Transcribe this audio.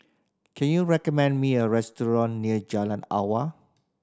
can you recommend me a restaurant near Jalan Awang